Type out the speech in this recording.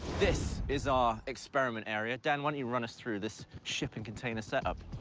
this is our experiment area. dan, why don't you run us through this shipping container setup?